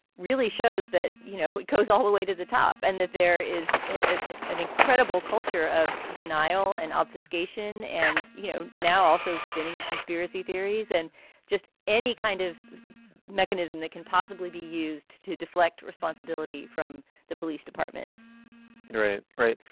really shows that, you know, it goes all the way to the top and that there is an incredible culture of denial and obfuscation and, you know, now also spinning of conspiracy theories and just any kind of mechanism that can possibly be used to deflect responsibility from the police departments right. right.